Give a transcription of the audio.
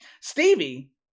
Stevie